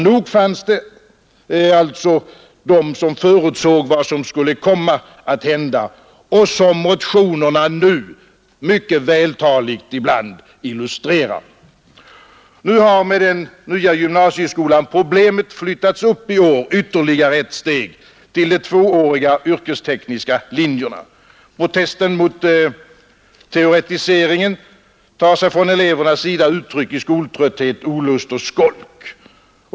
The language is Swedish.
Nog fanns det alltså de som förutsåg vad som skulle komma att hända, vilket motionerna nu, mycket vältaligt ibland, illustrerar. I år har med den nya gymnasieskolan problemet flyttats upp ytterligare ett steg till de tvååriga yrkestekniska linjerna. Protesten mot teoretiseringen tar sig från elevernas sida uttryck i skoltrötthet, olust och skolk.